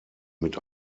mit